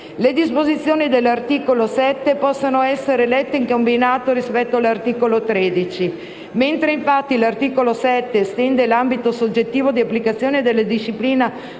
Le disposizioni dell'articolo 7 possono essere lette in combinato disposto con l'articolo 13. Mentre infatti l'articolo 7 estende l'ambito soggettivo di applicazione della disciplina